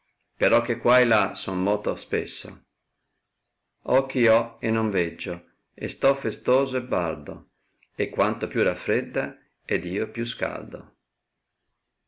però che qua e là son moto spesso occhi ho e non veggio e sto festoso e baldo e quanto più raffredda ed io più scaldo